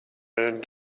and